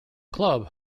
club